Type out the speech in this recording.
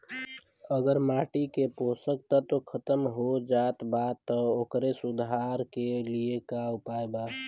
अगर माटी के पोषक तत्व खत्म हो जात बा त ओकरे सुधार के लिए का उपाय बा?